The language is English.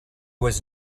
was